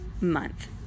month